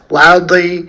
loudly